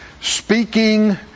speaking